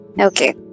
Okay